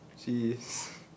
Jeez